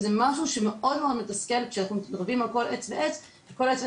זה משהו שמאוד מתסכל, כי כל עץ הוא חשוב.